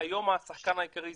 התחילה